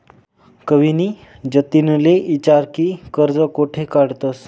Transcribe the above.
कविनी जतिनले ईचारं की कर्ज कोठे काढतंस